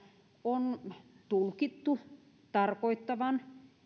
on tulkittu tarkoittavan